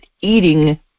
eating